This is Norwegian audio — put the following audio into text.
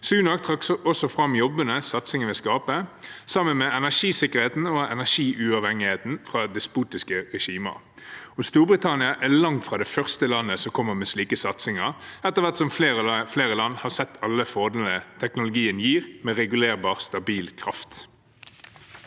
Sunak trakk også fram jobbene satsingen vil skape, sammen med energisikkerheten og energiuavhengigheten fra despotiske regimer. Storbritannia er langt fra det første landet som kommer med slike satsinger, etter hvert som flere land har sett alle fordelene teknologien gir, med regulerbar, stabil kraft.